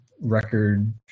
record